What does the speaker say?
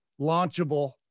launchable